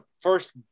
first